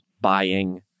buying